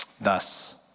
thus